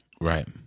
Right